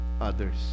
others